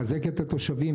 מחזק את התושבים,